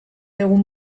egun